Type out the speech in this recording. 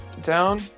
down